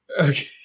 Okay